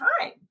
time